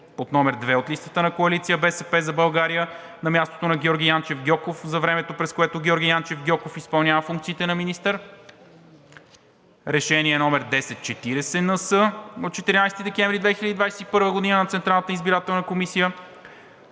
под № 2 от листата на Коалиция „БСП за България“, на мястото на Георги Янчев Гьоков за времето, през което Георги Янчев Гьоков изпълнява функциите на министър; Решение № 1040-НС от 14 декември 2021 г. на